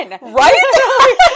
Right